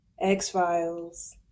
X-Files